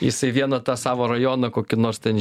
jisai vieną tą savo rajoną kokį nors ten